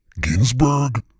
Ginsburg